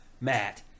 Matt